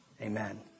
Amen